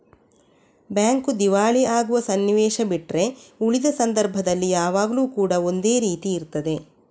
bank ದಿವಾಳಿ ಆಗುವ ಸನ್ನಿವೇಶ ಬಿಟ್ರೆ ಉಳಿದ ಸಂದರ್ಭದಲ್ಲಿ ಯಾವಾಗ್ಲೂ ಕೂಡಾ ಒಂದೇ ರೀತಿ ಇರ್ತದೆ